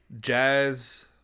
jazz